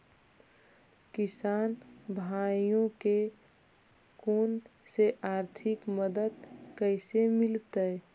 किसान भाइयोके कोन से आर्थिक मदत कैसे मीलतय?